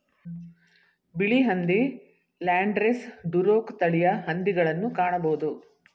ಬಿಳಿ ಹಂದಿ, Landrace, Duroc ತಳಿಯ ಹಂದಿಗಳನ್ನು ಕಾಣಬೋದು